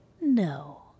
no